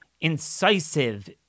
incisive